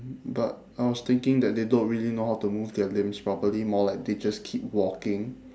but I was thinking that they don't really know how to move their limbs properly more like they just keep walking